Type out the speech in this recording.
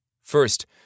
First